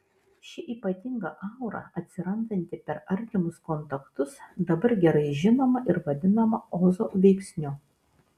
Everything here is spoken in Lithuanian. ši ypatinga aura atsirandanti per artimus kontaktus dabar gerai žinoma ir vadinama ozo veiksniu